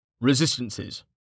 Resistances